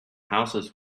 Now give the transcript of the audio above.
houses